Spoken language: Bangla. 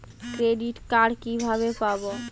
ক্রেডিট কার্ড কিভাবে পাব?